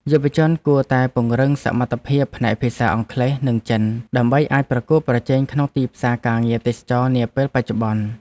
យុវជនគួរតែពង្រឹងសមត្ថភាពផ្នែកភាសាអង់គ្លេស និងចិន ដើម្បីអាចប្រកួតប្រជែងក្នុងទីផ្សារការងារទេសចរណ៍នាពេលបច្ចុប្បន្ន។